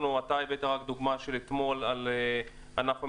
אתה הבאת דוגמה של אתמול על ענף המסעדנות.